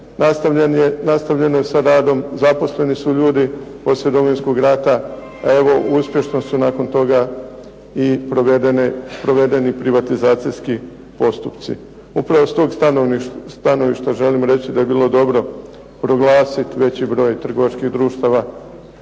Nastavljeno je sa radom, zaposleni su ljudi poslije Domovinskog rata, a evo uspješno su nakon toga i provedeni privatizacijski postupci. Upravo s tog stanovišta želim reći da je bilo dobro proglasiti veći broj trgovačkih društava